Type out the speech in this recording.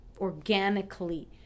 organically